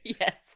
yes